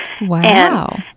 Wow